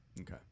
Okay